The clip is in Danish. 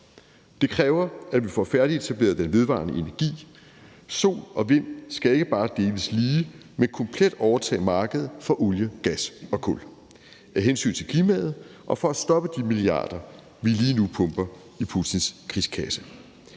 Det kræver, at vi får færdigetableret den vedvarende energi. Sol og vind skal ikke bare deles lige, men komplet overtage markedet for olie, gas og kul af hensyn til klimaet og for at stoppe de milliarder af kroner, vi lige nu pumper i Putins krigskasse.